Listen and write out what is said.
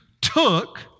took